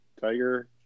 tiger